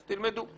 אז תלמדו.